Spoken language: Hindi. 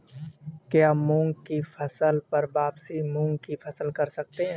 क्या मूंग की फसल पर वापिस मूंग की फसल कर सकते हैं?